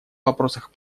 вопросах